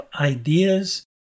ideas